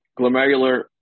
Glomerular